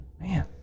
Man